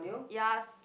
yes